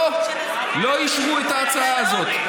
לא אישרו את ההצעה הזאת.